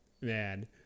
man